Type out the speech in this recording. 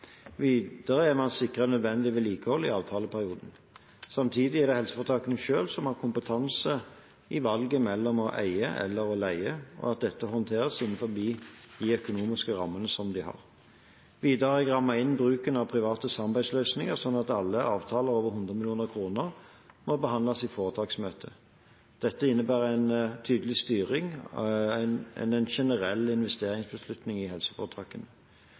Videre er man sikret nødvendig vedlikehold i avtaleperioden. Samtidig er det helseforetakene selv som har kompetanse til å velge mellom å eie eller å leie, og til å håndtere dette innenfor de økonomiske rammene som de har. Videre har jeg rammet inn bruken av private samarbeidsløsninger, sånn at alle avtaler over 100 mill. kr må behandles i foretaksmøtet. Dette innebærer en tydeligere styring enn generelle investeringsbeslutninger i helseforetakene.